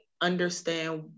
understand